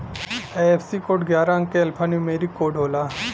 IFSC code ग्यारह अंक क एल्फान्यूमेरिक कोड होला